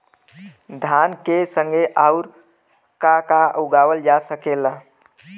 धान के संगे आऊर का का उगावल जा सकेला?